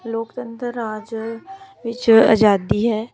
ਲੋਕਤੰਤਰ ਰਾਜ ਵਿੱਚ ਅਜ਼ਾਦੀ ਹੈ